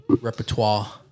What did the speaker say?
repertoire